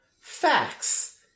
Facts